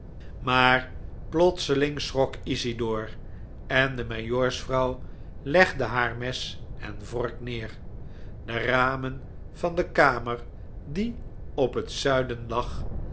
maar plotseling schrok isidor en de majoorsvrouw legde haar mes en vork neer de ramen van de kamer die op het zuiden lag